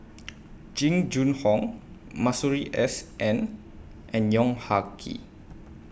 Jing Jun Hong Masuri S N and Yong Ah Kee